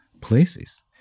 places